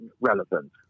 relevant